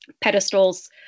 Pedestals